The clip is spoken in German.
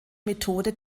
methode